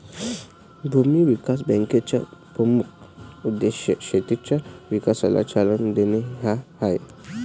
भूमी विकास बँकेचा मुख्य उद्देश शेतीच्या विकासाला चालना देणे हा आहे